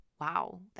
wow